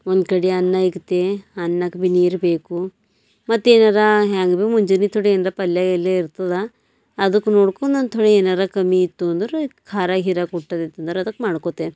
ಒಂದು ಕಡೆ ಅನ್ನ ಇಕ್ತೆ ಅನ್ನಕ್ಕೆ ಭೀ ನೀರು ಬೇಕು ಮತ್ತೆ ಏನಾರು ಹೆಂಗೆ ಭೀ ಮುಂಜಾನೆ ಥೋಡಿ ಏನಾರು ಪಲ್ಯ ಗಿಲ್ಯ ಇರ್ತದೆ ಅದಕ್ಕೆ ನೋಡ್ಕೊಂಡು ಒಂದು ಥೋಡಿ ಏನಾರು ಕಮ್ಮಿ ಇತ್ತು ಅಂದ್ರೆ ಖಾರ ಗೀರ ಕುಟ್ಟದು ಇತ್ತು ಅಂದ್ರೆ ಅದಕ್ಕೆ ಮಾಡ್ಕೋತೆ